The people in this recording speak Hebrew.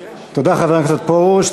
תודה, חבר הכנסת פרוש.